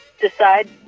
decide